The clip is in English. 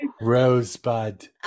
Rosebud